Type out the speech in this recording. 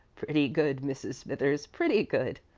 pretty good, mrs. smithers pretty good.